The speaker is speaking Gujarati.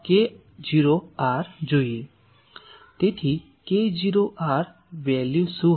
તેથી k0 r વેલ્યુ શું હતું